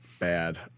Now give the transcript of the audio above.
bad